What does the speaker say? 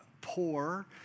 poor